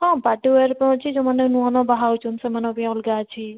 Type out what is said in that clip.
ହଁ party wear ପାଇଁ ରହୁଛି ଯେଉଁମାନେ ନୂଆ ନୂଆ ବାହା ହେଉଛନ୍ତି ସେମାନଙ୍କ ପାଇଁ ଅଲଗା ଅଛି